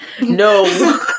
No